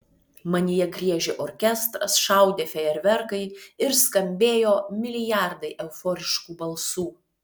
manyje griežė orkestras šaudė fejerverkai ir skambėjo milijardai euforiškų balsų